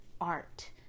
art